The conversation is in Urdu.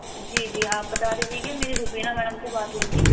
جی جی آپ بتا دیجیے گا میری روبینہ میڈم سے بات ہوئی تھی